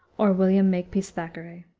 or william makepeace thackeray.